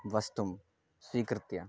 वस्तुं स्वीकृत्य